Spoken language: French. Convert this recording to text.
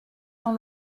dans